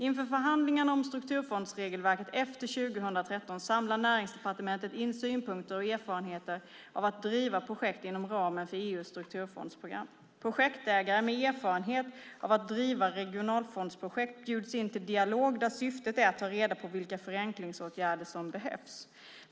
Inför förhandlingarna om strukturfondsregelverket efter 2013 samlar Näringsdepartementet in synpunkter och erfarenheter av att driva projekt inom ramen för EU:s strukturfondsprogram. Projektägare med erfarenhet av att driva regionalfondsprojekt bjuds in till dialog där syftet är att ta reda på vilka förenklingsåtgärder som behövs.